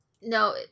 No